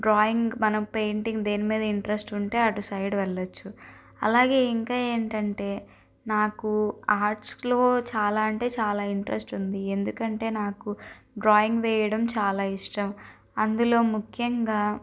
drawing మనం painting దేని మీద ఇంట్రస్ట్ ఉంటే అటు సైడ్ వెళ్ళచ్చు అలాగే ఇంకా ఏంటంటే నాకు ఆర్ట్స్లో చాలా అంటే చాలా ఇంట్రస్ట్ ఉంది ఎందుకంటే నాకు డ్రాయింగ్ వెయ్యడం చాలా ఇష్టం అందులో ముఖ్యంగా